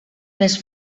més